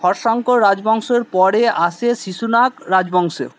হর্যঙ্ক রাজবংশের পরে আসে শিশুনাগ রাজবংশ